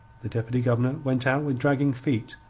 the deputy-governor went out with dragging feet,